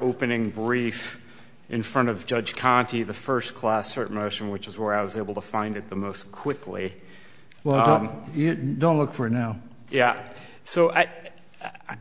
opening brief in front of judge conti the first class certain motion which is where i was able to find it the most quickly well don't look for now yeah so at